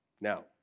Now